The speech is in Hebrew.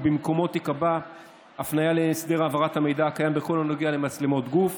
ובמקומו תיקבע הפניה להסדר העברת המידע בכל הנוגע למצלמות גוף